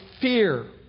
fear